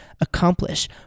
accomplish